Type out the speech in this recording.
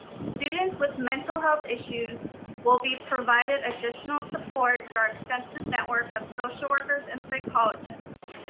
students with mental health issues will be provided additional support through our extensive network of social workers and psychologists.